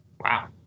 Wow